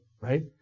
right